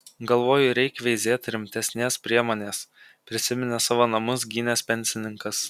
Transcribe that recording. galvoju reik veizėt rimtesnės priemonės prisiminė savo namus gynęs pensininkas